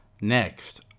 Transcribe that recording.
Next